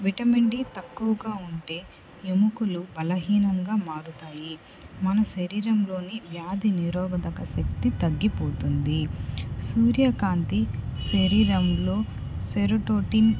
vitamin D తక్కువగా ఉంటే ఎముకలు బలహీనంగా మారుతాయి మన శరీరంలోని వ్యాధి నిరోధక శక్తి తగ్గిపోతుంది సూర్యకాంతి శరీరంలో సెరటోనిన్